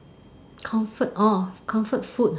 comfort orh comfort food